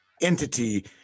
entity